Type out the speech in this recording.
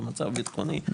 ומצב בטחוני.